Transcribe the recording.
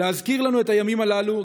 להזכיר לנו את הימים הללו.